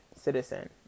citizen